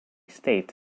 state